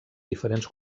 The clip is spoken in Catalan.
diferents